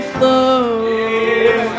flow